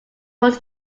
was